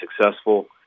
successful